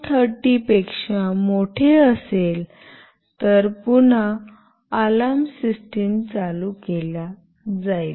30 पेक्षा मोठे असेल तर पुन्हा अलार्म सिस्टम चालू केले जाईल